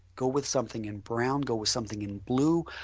go with something in brown, go with something in blue.